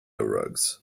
rugs